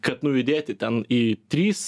kad nujudėti ten į trys